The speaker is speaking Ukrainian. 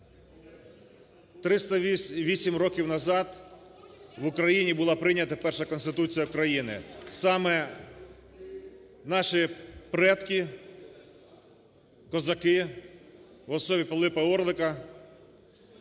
308 років назад в Україні була прийнята перша Конституція країни. Саме наші предки, козаки в особі Пилипа Орлика